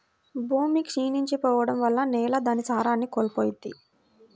భూమి క్షీణించి పోడం వల్ల నేల దాని సారాన్ని కోల్పోయిద్ది